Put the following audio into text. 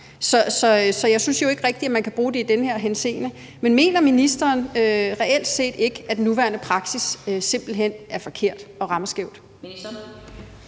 Så jeg synes jo ikke rigtig, man kan bruge det i den her henseende. Men mener ministeren reelt set ikke, at den nuværende praksis simpelt hen er forkert og rammer skævt?